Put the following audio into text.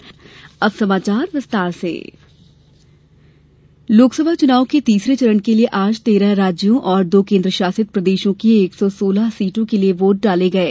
मतदान लोकसभा चुनाव के तीसरे चरण के लिये आज तेरह राज्यों और दो केंद्र शासित प्रदेशों की एक सौ सोलह सीटों के लिये वोट डाले गये